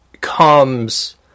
comes